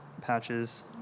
patches